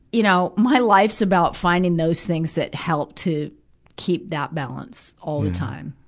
you know my life's about finding those things that help to keep that balance all the time.